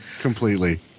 Completely